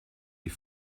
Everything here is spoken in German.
die